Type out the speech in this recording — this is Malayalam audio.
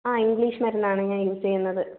ആ ഇംഗ്ലീഷ് മരുന്നാണ് ഞാൻ യൂസ് ചെയ്യുന്നത്